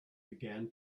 began